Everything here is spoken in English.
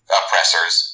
oppressors